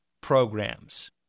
programs